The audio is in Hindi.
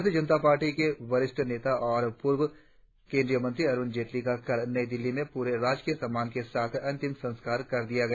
भारतीय जनता पार्टी के वरिष्ठ नेता और पूर्व केंद्रीय मंत्री अरुण जेटली का कल नई दिल्ली में पूरे राजकीय सम्मान के साथ अंतिम संस्कार कर दिया गया